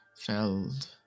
felled